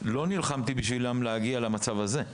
אבל לא נלחמתי בשבילם כדי שהם יגיעו למצב הזה.